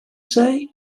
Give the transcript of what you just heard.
say